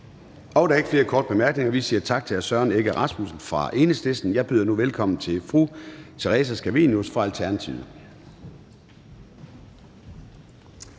Der er ikke flere korte bemærkninger. Vi siger tak til hr. Søren Egge Rasmussen fra Enhedslisten. Jeg byder nu velkommen til fru Theresa Scavenius fra Alternativet.